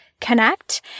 connect